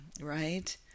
right